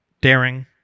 daring